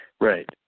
Right